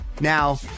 Now